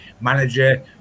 manager